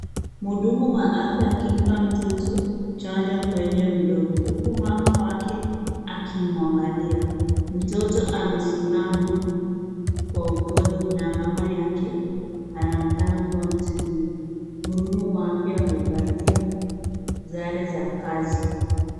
Mhudumu wa afya akimpa mtoto chanjo kwenye mdomo huku mama wake akiangalia. Mtoto amesimama kwa upole na mama yake anaonekana kuwa matulivu. Mhudumu wa afya amevalia sare za kazi.